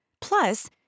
Plus